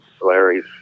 Larry's